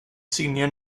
senior